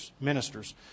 ministers